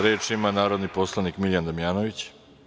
Reč ima narodni poslanik Miljan Damjanović.